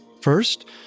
First